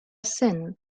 السن